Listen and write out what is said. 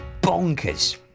bonkers